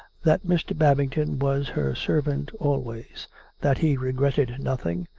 that mr. babington was her servant always that he regretted nothing,